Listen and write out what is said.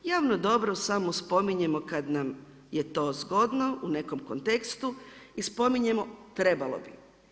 Javno dobro samo spominjemo kad nam je to zgodno u nekom kontekstu i spominjemo trebalo bi.